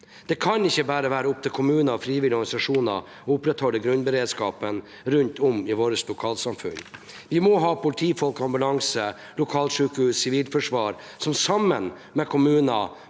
Det kan ikke bare være opp til kommuner og frivillige organisasjoner å opprettholde grunnberedskapen rundt om i våre lokalsamfunn. Vi må ha politifolk, ambulanser, lokalsykehus og et sivilforsvar, som sammen med kommuner